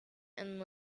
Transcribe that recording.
and